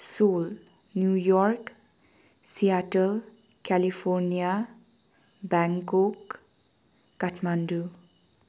Seoul New York सियोटो California Bangkok Kathmandu